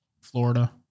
Florida